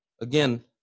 Again